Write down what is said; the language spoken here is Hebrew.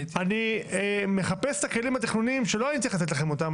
אני מחפש את הכלים התכנוניים שלא אני צריך לתת לכם אותם,